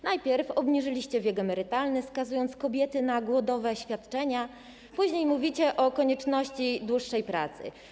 Najpierw obniżyliście wiek emerytalny, skazując kobiety na głodowe świadczenia, później mówicie o konieczności dłuższej pracy.